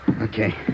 Okay